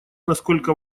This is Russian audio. насколько